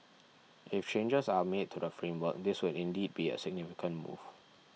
if changes are made to the framework this would indeed be a significant move